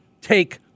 take